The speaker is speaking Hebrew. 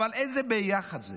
אבל איזה ביחד זה?